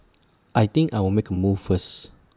I think I'll make A move first